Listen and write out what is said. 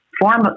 form